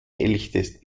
elchtest